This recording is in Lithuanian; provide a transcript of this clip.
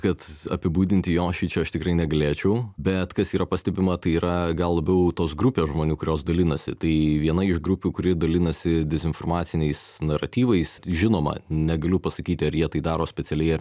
kad apibūdinti jo šičia aš tikrai negalėčiau bet kas yra pastebima tai yra gal labiau tos grupės žmonių kurios dalinasi tai viena iš grupių kuri dalinasi dezinformaciniais naratyvais žinoma negaliu pasakyti ar jie tai daro specialiai ar